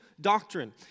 doctrine